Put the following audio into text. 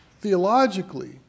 theologically